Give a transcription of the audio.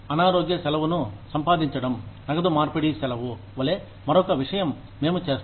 అనారోగ్య సెలవును సంపాదించడం నగదు మార్పిడి సెలవు వలె మరొక విషయం మేము చేస్తాము